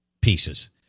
pieces